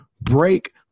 break